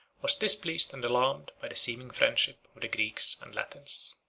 was displeased and alarmed by the seeming friendship of the greeks and latins.